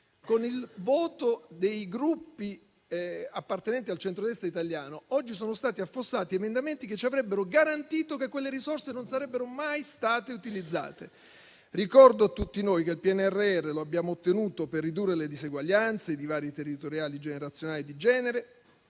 Con il voto dei Gruppi appartenenti al centrodestra italiano, oggi sono stati affossati emendamenti che ci avrebbero garantito che quelle risorse non sarebbero mai state utilizzate a tal fine. Ricordo a tutti noi che il PNRR lo abbiamo ottenuto per ridurre le diseguaglianze, i divari territoriali, generazionali e di genere